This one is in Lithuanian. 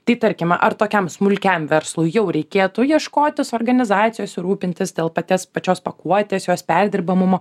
tai tarkime ar tokiam smulkiam verslui jau reikėtų ieškotis organizacijos ir rūpintis dėl paties pačios pakuotės jos perdirbamumo